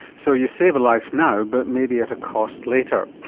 so you save a life now but maybe at a cost later.